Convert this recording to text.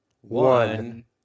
one